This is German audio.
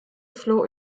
floh